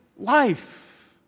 life